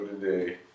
today